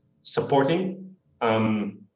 supporting